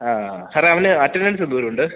ആ സാറെ അവന് അറ്റനൻസെന്തോരം ഉണ്ട്